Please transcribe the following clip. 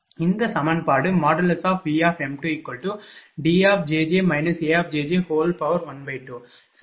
இந்த சமன்பாடு Vm2Djj A12 சரி